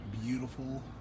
beautiful